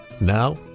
Now